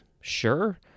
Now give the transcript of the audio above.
Sure